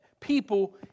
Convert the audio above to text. people